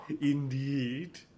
Indeed